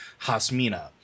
Hasmina